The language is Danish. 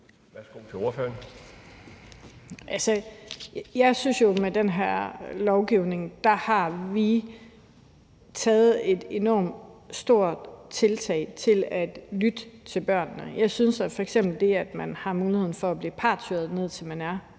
(S): Altså, jeg synes jo, at vi med den her lovgivning har taget et enormt stort tiltag med hensyn til at lytte til børnene. Det gælder f.eks. det, at man har muligheden for at blive partshørt, ned til man er